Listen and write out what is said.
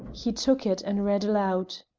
he took it and read aloud